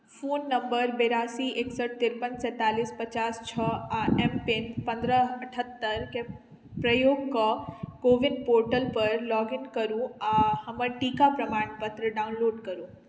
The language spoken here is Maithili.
फोन नम्बर बिरासी एकसठि तिरपन सैंतालिस पचास छओ आ एम पिन पन्द्रह अठत्तरिके प्रयोग कऽ कोविन पोर्टलपर लॉग इन करू आ हमर टीका प्रमाणपत्र डाउनलोड करू